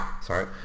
Sorry